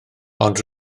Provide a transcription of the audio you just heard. ond